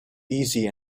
easy